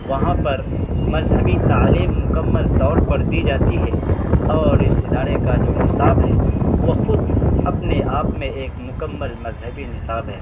وہاں پر مذہبی تعلیم مکمل طور پر دی جاتی ہے اور اس ادارے کا جو نصاب ہے وہ خود اپنے آپ میں ایک مکمل مذہبی نصاب ہے